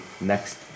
next